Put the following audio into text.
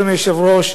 אדוני היושב-ראש,